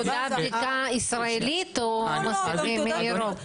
תעודת בדיקה ישראלית או מאירופה?